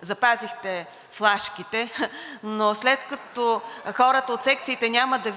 Запазихте флашките, но след като хората от секциите няма да